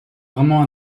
vraiment